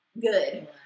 good